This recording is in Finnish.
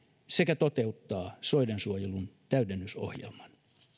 sekä toteuttaa soidensuojelun täydennysohjelman